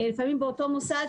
לפעמים באותו מוסד,